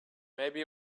maybe